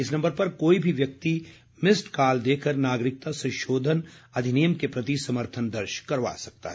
इस नम्बर पर कोई भी व्यक्ति मिस्ड कॉल देकर नागरिकता संशोधन अधिनियम के प्रति समर्थन दर्ज करा सकता है